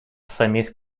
самих